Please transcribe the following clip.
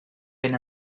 ben